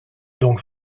donc